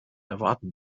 erwarten